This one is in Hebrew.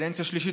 קדנציה שלישית,